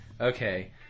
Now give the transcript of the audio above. Okay